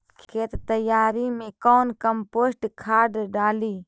खेत तैयारी मे कौन कम्पोस्ट खाद डाली?